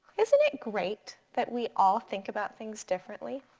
isn't it great that we all think about things differently?